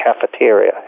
cafeteria